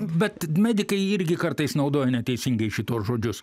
bet medikai irgi kartais naudoja neteisingai šituos žodžius